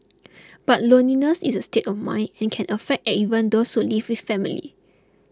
but loneliness is a state of mind and can affect even those who live with family